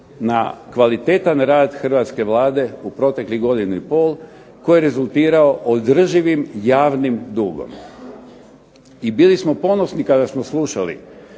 na kvalitetan rad hrvatske Vlade u proteklih godinu i pol koji je rezultirao održivim javnim dugom. I bili smo ponosni kada smo slušali